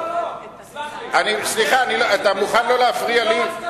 לא, לא, סלח לי, סליחה, אתה מוכן לא להפריע לי?